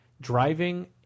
Driving